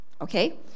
Okay